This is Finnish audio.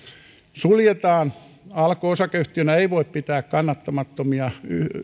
suljetaan alko osakeyhtiönä ei voi pitää kannattamattomia